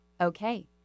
Okay